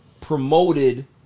promoted